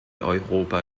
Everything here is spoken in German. europa